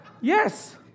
Yes